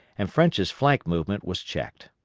and french's flank movement was checked.